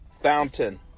Fountain